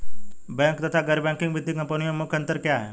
Bank तथा गैर banking वित्तीय कंपनियों में मुख्य अंतर क्या है?